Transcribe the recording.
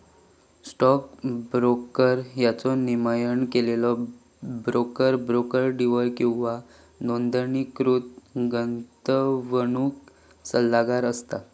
stock broker ह्यो नियमन केलेलो ब्रोकर, ब्रोकर डीलर किंवा नोंदणीकृत गुंतवणूक सल्लागार असता